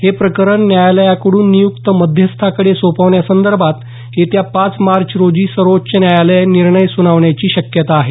हे प्रकरण न्यायालयाकडून नियुक्त मध्यस्थाकडे सोपण्यासंदर्भात येत्या पाच मार्च रोजी सर्वोच्च न्यायालय निर्णय सुनावण्याची शक्यता आहे